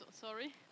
sorry